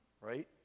right